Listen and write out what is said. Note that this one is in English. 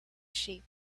sheep